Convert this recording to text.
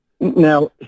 Now